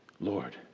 Lord